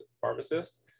pharmacist